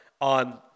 on